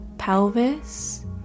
pelvis